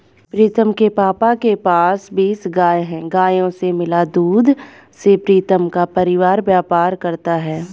प्रीतम के पापा के पास बीस गाय हैं गायों से मिला दूध से प्रीतम का परिवार व्यापार करता है